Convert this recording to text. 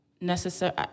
necessary